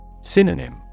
Synonym